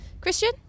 Christian